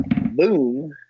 boom